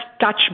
touch